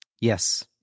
Yes